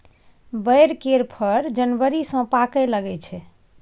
बैर केर फर जनबरी सँ पाकय लगै छै